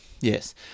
yes